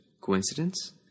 Coincidence